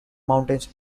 mountains